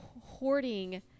hoarding